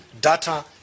data